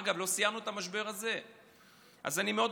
אגב, לא סיימנו את המשבר הזה.